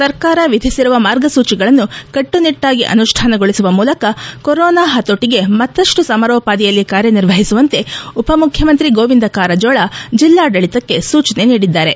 ಸರ್ಕಾರ ವಿಧಿಸಿರುವ ಮಾರ್ಗಸೂಚಿಗಳನ್ನು ಕಟ್ಟುನಿಟ್ಟಾಗಿ ಅನುಷ್ಠಾನೊಳಿಸುವ ಮೂಲಕ ಕೊರೊನಾ ಹತೋಟಿಗೆ ಮತ್ತಷ್ಟು ಸಮರೋಪಾದಿಯಲ್ಲಿ ಕಾರ್ಯನಿರ್ವಹಿಸುವಂತೆ ಉಪಮುಖ್ಯಮಂತ್ರಿ ಗೋವಿಂದ ಕಾರಜೋಳ ಜಿಲ್ಲಾಡಳಿತಕ್ಕೆ ಸೂಚನೆ ನೀಡಿದ್ದಾರೆ